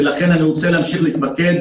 ולכן אני רוצה להמשיך להתמקד.